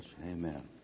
amen